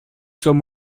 soient